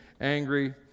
angry